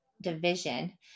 division